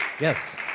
Yes